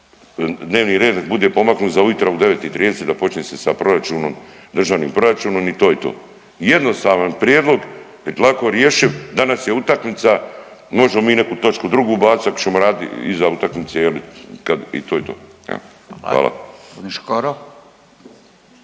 dnevni red da bude pomaknut za ujutro u 9,30 da počne se sa proračunom, državnim proračunom i to je to. Jednostavan prijedlog lako rješiv, danas je utakmica možemo mi neku drugu točku ubacit ako ćemo radit iza utakmice jel kad i to je. Hvala.